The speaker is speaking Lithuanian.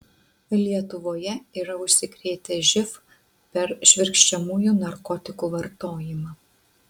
lietuvoje yra užsikrėtę živ per švirkščiamųjų narkotikų vartojimą